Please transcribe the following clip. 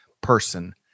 person